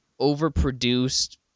overproduced